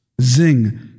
zing